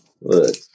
Look